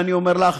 ואני אומר לך,